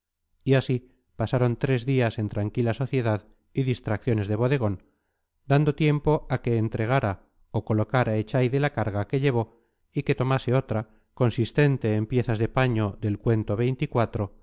y así pasaron tres días en tranquila sociedad y distracciones de bodegón dando tiempo a que entregara o colocara echaide la carga que llevó y que tomase otra consistente en piezas de paño del cuento